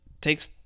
takes